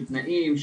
של תנאים,